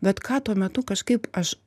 bet ką tuo metu kažkaip aš